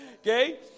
Okay